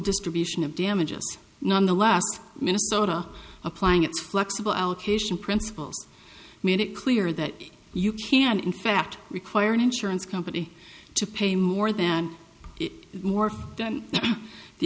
distribution of damages nonetheless minnesota applying its flexible outpatient principles made it clear that you can in fact require an insurance company to pay more than it more than the